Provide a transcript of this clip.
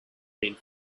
been